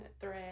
thread